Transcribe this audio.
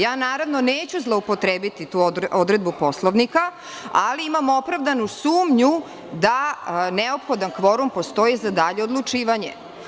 Ja neću zloupotrebiti tu odredbu Poslovnika, ali imam opravdanu sumnju da neophodan kvorum postoji za dalje odlučivanje.